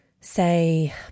say